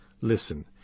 listen